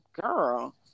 girl